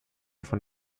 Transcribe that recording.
von